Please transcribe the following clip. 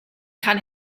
kann